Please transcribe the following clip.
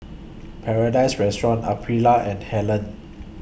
Paradise Restaurant Aprilia and Helen